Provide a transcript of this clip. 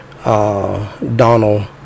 Donald